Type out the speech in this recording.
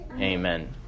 Amen